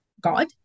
God